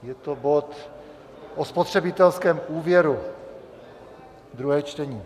Je to bod o spotřebitelském úvěru, druhé čtení.